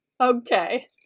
Okay